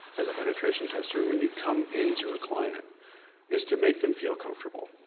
as penetration tester, when you come into a client is to make them feel comfortable.